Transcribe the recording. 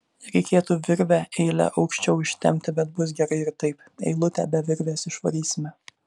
reikėtų virvę eile aukščiau ištempti bet bus gerai ir taip eilutę be virvės išvarysime